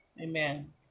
Amen